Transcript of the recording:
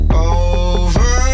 over